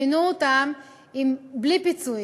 פינו אותם בלי פיצויים.